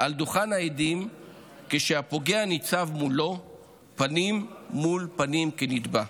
על דוכן העדים כשהפוגע ניצב מולו פנים מול פנים כנתבע.